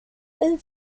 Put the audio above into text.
and